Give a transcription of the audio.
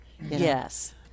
Yes